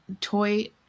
toy